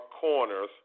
corners